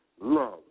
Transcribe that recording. love